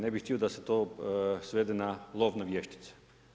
Ne bih htio da se to svede na lov na vještice.